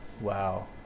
wow